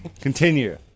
continue